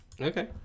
Okay